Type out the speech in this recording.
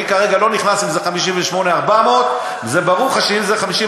אני כרגע לא נכנס אם זה 58,400. זה ברור לך שאם זה 58,400,